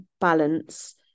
balance